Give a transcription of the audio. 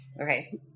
Okay